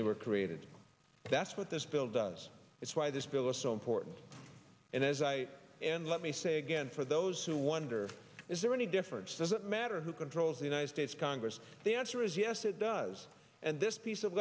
they were created that's what this bill does it's why this bill is so important and as i and let me say again for those who wonder is there any difference does it matter who controls the united states congress the answer is yes it does and this piece of